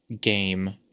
game